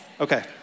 Okay